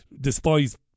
despise